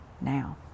now